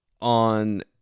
on